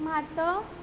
मात